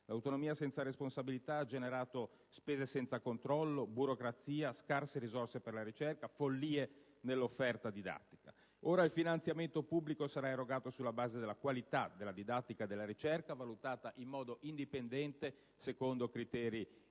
L'autonomia senza la responsabilità ha generato spese senza controllo, burocrazia, scarse risorse per la ricerca, follie nell'offerta didattica. Ora il finanziamento pubblico sarà erogato sulla base della qualità della didattica e della ricerca, valutata in modo indipendente, secondo criteri